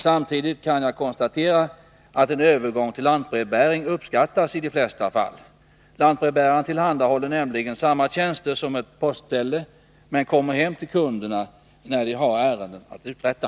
Samtidigt kan jag konstatera att en övergång till lantbrevbäring uppskattas i de flesta fall. Lantbrevbäraren tillhandahåller nämligen samma tjänster som ett postställe, men kommer hem till kunderna när de har ärenden att uträtta.